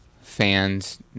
fans